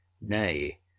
nay